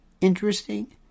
interesting